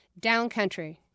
Downcountry